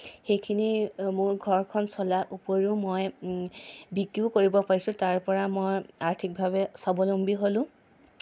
সেইখিনি মোৰ ঘৰখন চলাৰ উপৰিও মই বিক্ৰীও কৰিব পাৰিছোঁ তাৰ পৰা মই আৰ্থিকভাৱে স্বাৱলম্বী হ'লোঁ